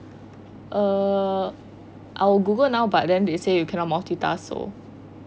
eh I will google now but they say you cannot multitask or